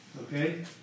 Okay